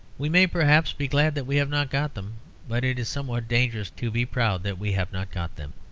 we may, perhaps, be glad that we have not got them but it is somewhat dangerous to be proud that we have not got them.